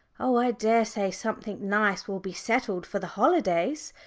oh, i daresay something nice will be settled for the holidays,